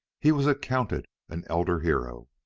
he was accounted an elder hero.